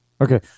Okay